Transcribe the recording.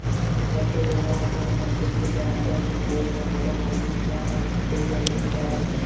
आज के बेरा म कोनो मनसे के गारंटर के होवई ह घलोक भारी नुकसान अउ भुगतई वाले बूता आय